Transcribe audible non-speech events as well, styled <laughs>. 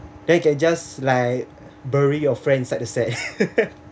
then can just like bury your friends inside the sand <laughs>